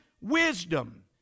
wisdom